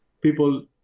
people